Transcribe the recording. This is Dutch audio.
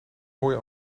mooie